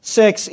sex